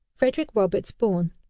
frederick roberts born.